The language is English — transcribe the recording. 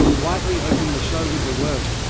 whiteley opened the show with the words